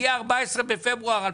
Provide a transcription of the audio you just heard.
הגיע 14 בפברואר 2023,